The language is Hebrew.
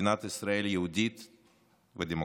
מדינת ישראל יהודית ודמוקרטית.